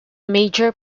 major